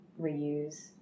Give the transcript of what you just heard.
reuse